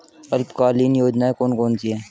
अल्पकालीन योजनाएं कौन कौन सी हैं?